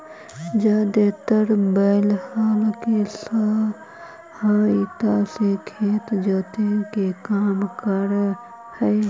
जादेतर बैल हल केसहायता से खेत जोते के काम कर हई